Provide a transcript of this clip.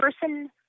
person